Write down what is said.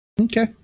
Okay